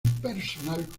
personal